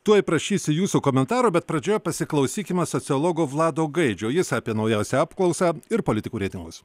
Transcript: tuoj prašysiu jūsų komentaro bet pradžioje pasiklausykime sociologo vlado gaidžio jis apie naujausią apklausą ir politikų reitingus